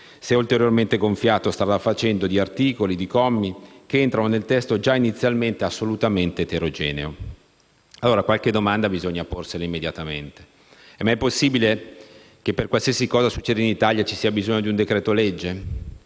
è ulteriormente gonfiato, strada facendo, di articoli e commi, che entrano in un testo già inizialmente assolutamente eterogeneo. Allora, qualche domanda bisogna porsela immediatamente. È mai possibile che per qualsiasi cosa succeda in Italia ci sia bisogno di un decreto-legge?